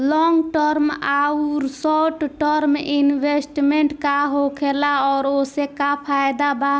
Long term आउर short term investment का होखेला और ओसे का फायदा बा?